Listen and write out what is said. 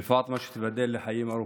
ופטמה, שתיבדל לחיים ארוכים,